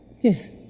Yes